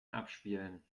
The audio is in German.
abspielen